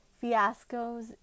fiascos